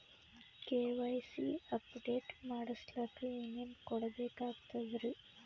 KYC update ಮಾಡಸ್ಲಕ ಏನೇನ ಕೊಡಬೇಕಾಗ್ತದ್ರಿ?